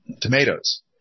tomatoes